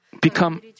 become